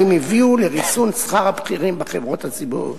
האם הן הביאו לריסון שכר הבכירים בחברות הציבוריות.